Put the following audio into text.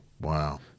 Wow